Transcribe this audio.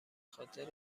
خاطر